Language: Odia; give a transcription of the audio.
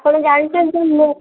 ଆପଣ ଜାଣିଛନ୍ତି ମୁଁ